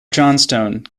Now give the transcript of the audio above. johnstone